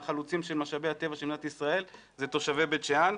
מהחלוצים של משאבי הטבע של מדינת ישראל אלה תושבי בית שאן.